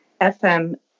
FM